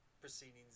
proceedings